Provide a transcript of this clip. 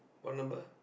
what number